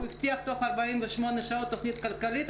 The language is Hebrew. שהוא הבטיח תוך 48 שעות תכנית כלכלית.